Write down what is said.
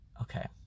Okay